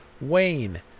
wayne